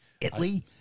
Italy